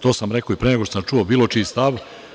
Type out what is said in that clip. To sam rekao i pre nego što sam čuo bilo čiji stav.